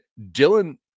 Dylan –